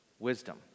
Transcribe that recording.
Wisdom